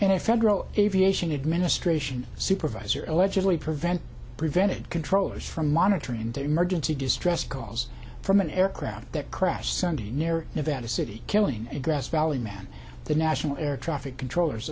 in a federal aviation administration supervisor allegedly prevent prevented controllers from monitoring their emergency distress calls from an aircraft that crashed sunday near nevada city killing a grass valley man the national air traffic controllers